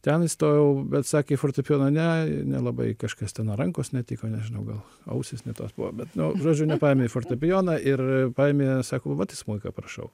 ten įstojau bet sakė į fortepijoną ne nelabai kažkas ten ar rankos netiko nežinau gal ausys ne tos buvo bet nu žodžiu nepaėmė į fortepijoną ir paėmė sako vat į smuiką prašau